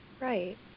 Right